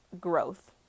growth